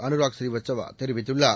Anurag ஸ்ரீவத்சவாதெரிவித்துள்ளார்